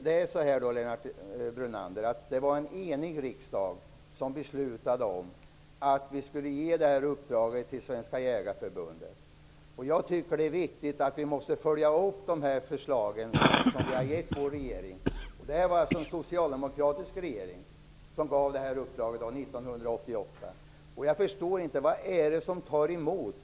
Det var faktiskt, Lennart Brunander, en enig riksdag som beslutade att vi skulle ge det aktuella uppdraget till Svenska jägareförbundet. Jag tycker att det är viktigt att följa upp de förslag som vi har lämnat till vår regering. Det var alltså en socialdemokratisk regering som gav det här uppdraget 1988. Jag förstår inte vad det är som tar emot.